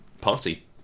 party